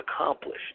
accomplished